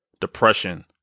depression